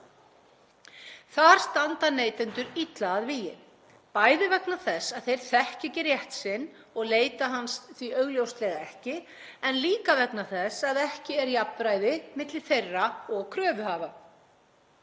Þar standa neytendur illa að vígi, bæði vegna þess að þeir þekkja ekki rétt sinn og leita hans því augljóslega ekki, en líka vegna þess að ekki er jafnræði milli þeirra og kröfuhafa.